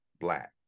black